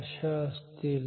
अशा असतील